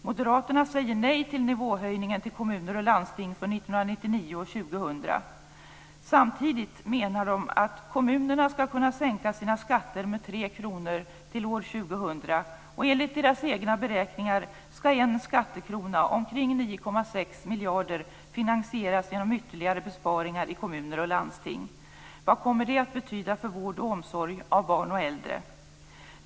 Moderaterna säger nej till nivåhöjningen till kommuner och landsting för 1999 Samtidigt menar de att kommunerna skall kunna sänka sina skatter med 3 kr till år 2000. Enligt deras egna beräkningar skall en skattekrona, motsvarande omkring 9,6 miljarder, finansieras genom ytterligare besparingar i kommuner och landsting. Vad kommer det att betyda för vård och omsorg till barn och äldre?